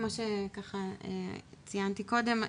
כמו שציינתי קודם,